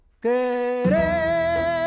querer